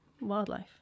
wildlife